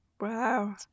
Wow